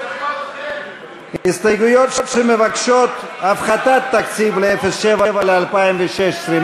הסתייגויות שמבקשות הפחתת תקציב ב-07 ל-2016,